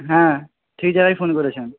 হ্যাঁ ঠিক জায়গায় ফোন করেছেন